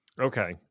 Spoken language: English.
Okay